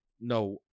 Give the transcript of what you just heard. no